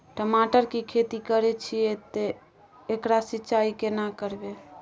टमाटर की खेती करे छिये ते एकरा सिंचाई केना करबै?